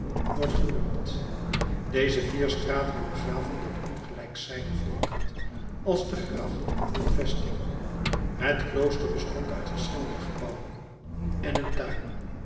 wordt genoemd deze vier straten omgaven dat ongelijkzijdig vierkant als de gracht om een vesting het klooster bestond uit verschillende gebouwen en een tuin